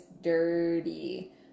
dirty